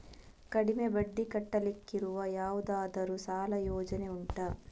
ಕಡಿಮೆ ಬಡ್ಡಿ ಕಟ್ಟಲಿಕ್ಕಿರುವ ಯಾವುದಾದರೂ ಸಾಲ ಯೋಜನೆ ಉಂಟಾ